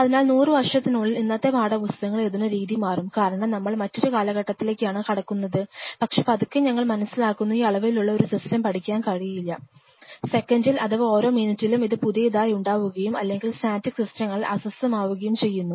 അതിനാൽ നൂറ് വർഷത്തിനുള്ളിൽ ഇന്നത്തെ പാഠപുസ്തകങ്ങൾ എഴുതുന്ന രീതി മാറും കാരണം നമ്മൾ മറ്റൊരു കാലഘട്ട ത്തിലേക്കാണ് കടക്കുന്നത് പക്ഷേ പതുക്കെ ഞങ്ങൾ മനസ്സിലാക്കുന്നു ഈ അളവിലുള്ള ഒരു സിസ്റ്റം പഠിക്കാൻ കഴിയില്ല സെക്കൻഡഡിൽ അല്ലെങ്കിൽ ഓരോ മിനിറ്റിലും ഇത് പുതിയതാവുകയും അല്ലെങ്കിൽ സ്റ്റാറ്റിക് സിസ്റ്റങ്ങളാൽ അസ്വസ്ഥമാവുകയും ചെയ്യുന്നു